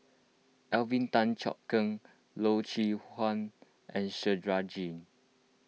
Alvin Tan Cheong Kheng Loy Chye Huan and S Rajendran